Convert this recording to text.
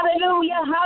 hallelujah